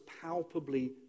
palpably